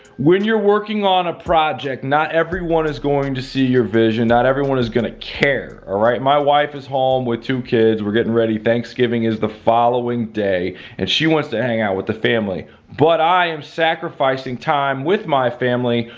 when you're working on a project not everyone is going to see your vision. not everyone is gonna care. all ah right, my wife is home with two kids, we're getting ready, thanksgiving is the following day and she wants to hang out with the family. but i am sacrificing time with my family,